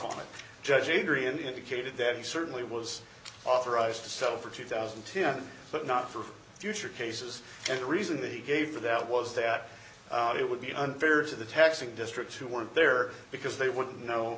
it judge adrian indicated that he certainly was authorized to sell for two thousand but not for future cases and the reason they gave that was that it would be unfair to the taxing districts who weren't there because they wouldn't know